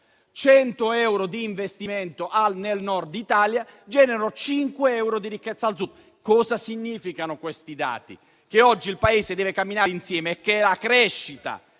100 euro di investimento nel Nord Italia generano 5 euro di ricchezza al Sud. Questi dati significano che oggi il Paese deve camminare insieme e che la crescita